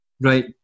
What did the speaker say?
Right